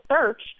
search